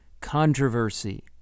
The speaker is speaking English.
controversy